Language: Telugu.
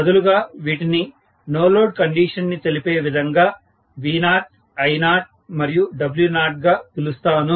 బదులుగా వీటిని నో లోడ్ కండిషన్ ని తెలిపే విధంగా V0 I0 మరియు W0 గా పిలుస్తాను